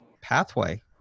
pathway